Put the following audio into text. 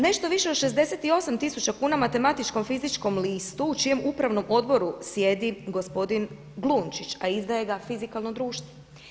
Nešto više od 68 tisuća kuna Matematičkom fizičkom listu u čijem Upravnom odboru sjedi gospodin Glumčić, a izdaje ga Fizikalno društvo.